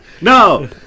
No